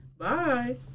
Bye